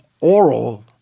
oral